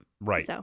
Right